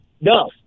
No